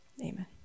Amen